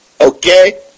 Okay